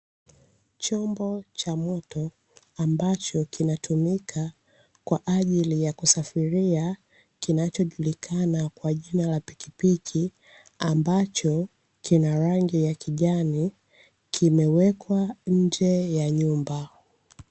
Chombo cha moto ambacho kinatumika kwa ajili ya kusafiria, kinachojulikana kwa jina pikipiki, ambacho kina rangi ya kijani kimewekwa nje ya nyumba.